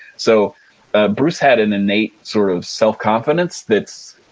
so ah bruce had an innate sort of self-confidence that's,